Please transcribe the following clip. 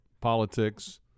politics